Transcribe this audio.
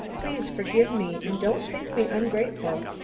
please forgive me and don't think me ungrateful.